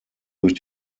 durch